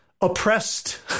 oppressed